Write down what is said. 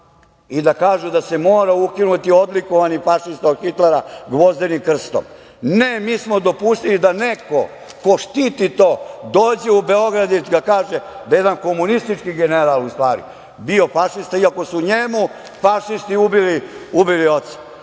i da kažu da se mora ukinuti odlikovani fašista od Hitlera gvozdenim krstom? Ne, mi smo dopustili da neko ko štiti to dođe u Beograd i da kaže da je jedan komunistički general u stvari bio fašista, iako su njemu fašisti ubili oca.